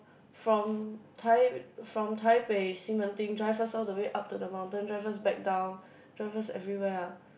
from Tai~ from Taipei 西门町:Xi Men Ding drive us all the way up to the mountain drive us back down drive us everywhere ah